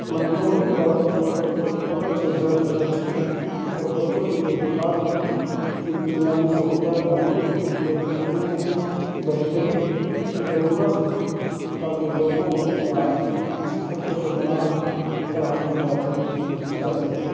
مجموعی طور پر اگر اگرچہ زچگی اور بچوں کی دیکھ بھال کی بنیادی سہولیات موجود ہیں لیکن ان میں بہتری کی ضرورت ہے تاکہ لوگوں کو معیاری صحت کی خدمات فراہم کی جا سکتی کی جا سکے